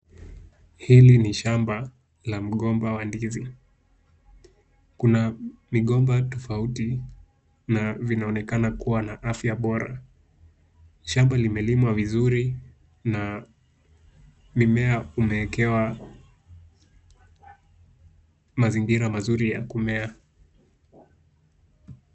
Hili ni shamba la mgomba wa ndizi. Kuna migomba tofauti na vinaonekana kuwa na afya bora. Shamba limelimwa vizuri na mimea umewekewa mazingira mazuri ya kumea.